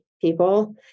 people